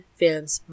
films